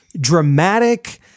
dramatic